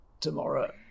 tomorrow